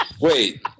Wait